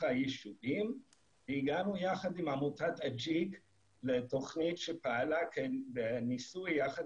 היישובים והגענו יחד עם עמותת אג'יק לתוכנית שפעלה בניסוי יחד